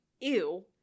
ew